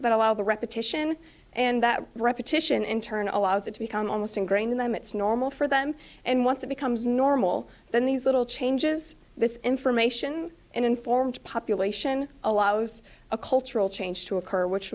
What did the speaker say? allow the repetition and that repetition in turn allows it to become almost ingrained in them it's normal for them and once it becomes normal then these little changes this information and informed population allows a cultural change to occur which